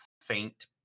faint